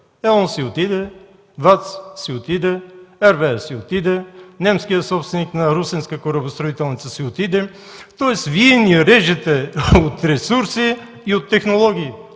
ЕОН си отиде, ВАЦ си отиде, ERW си отиде, немският собственик на Русенска корабостроителница си отиде, тоест Вие ни режете от ресурси и от технологии.